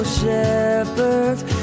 shepherds